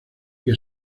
que